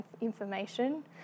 information